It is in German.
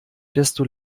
desto